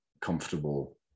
comfortable